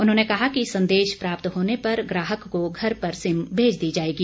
उन्होने कहा कि संदेश प्राप्त होने पर ग्राहक को घर पर सिम भेज दी जाएगी